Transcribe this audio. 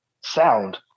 sound